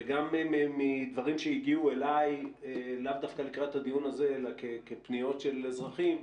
וגם מדברים שהגיעו אלי לאו דווקא לקראת הדיון הזה אלא כפניות של אזרחים,